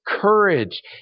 courage